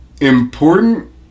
important